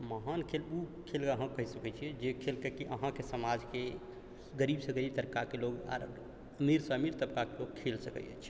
महान खेल ओ खेल के अहाँ कहि सकै छियै जे खेल के कि अहाँके समाज के गरीब से गरीब तबका के लोग आर अमीर से अमीर तबका के लोग खेल सकैए अछि